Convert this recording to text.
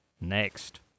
next